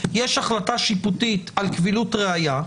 יש החלטה שיפוטית על קבילות ראיה,